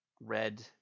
red